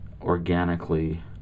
organically